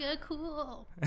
cool